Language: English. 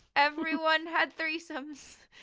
everyone had threesomes!